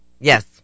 Yes